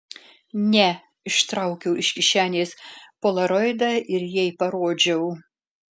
ne ištraukiau iš kišenės polaroidą ir jai parodžiau